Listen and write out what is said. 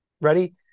Ready